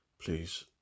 please